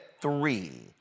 three